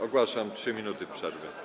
Ogłaszam 3 minuty przerwy.